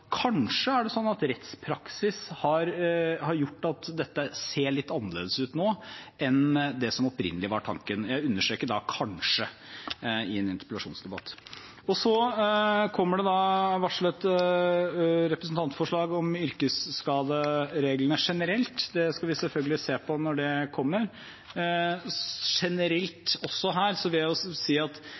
gjort at dette ser litt annerledes ut nå enn det som opprinnelig var tanken. Jeg understreker da kanskje, i en interpellasjonsdebatt. Så er det varslet representantforslag om yrkesskadereglene generelt. Det skal vi selvfølgelig se på når det kommer. Generelt vil jeg si at dette er ganske kompliserte spørsmål og har mange sider ved seg, så også her